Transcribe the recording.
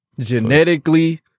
Genetically